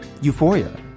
euphoria